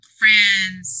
friends